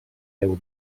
deu